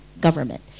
government